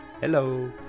Hello